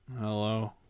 Hello